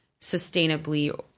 sustainably